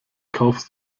kaufst